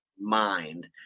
mind